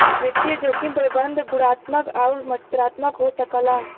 वित्तीय जोखिम प्रबंधन गुणात्मक आउर मात्रात्मक हो सकला